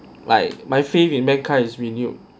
like my faith in mecca is renewed